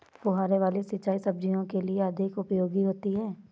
फुहारे वाली सिंचाई सब्जियों के लिए अधिक उपयोगी होती है?